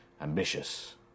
ambitious